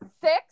six